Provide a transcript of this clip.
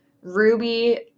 Ruby